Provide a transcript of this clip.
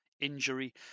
injury